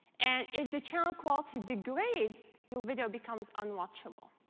and if the channel quality degrades, your video becomes unwatchable.